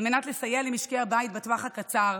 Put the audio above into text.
על מנת לסייע למשקי הבית בטווח הקצר,